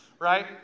Right